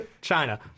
China